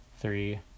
three